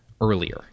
earlier